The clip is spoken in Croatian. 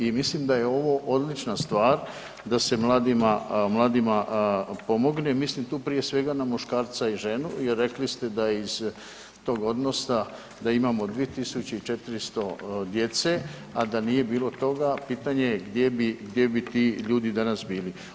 I mislim da je ovo odlična stvar da se mladima pomogne, mislim tu prije svega na muškarca i ženu jer rekli ste da iz tog odnosa da imamo 2.400 djece, a da nije bilo toga pitanje je gdje bi ti ljudi danas bili.